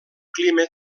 clima